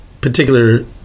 particular